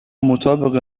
مطابق